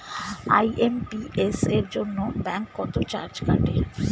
IMPS এর জন্য bank কত চার্জ কাটে?